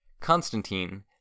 Constantine